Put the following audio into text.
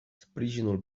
sprijinul